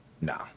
No